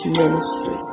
ministry